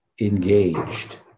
engaged